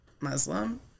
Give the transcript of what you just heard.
Muslim